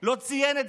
לא ציין את זה.